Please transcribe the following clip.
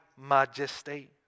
majesty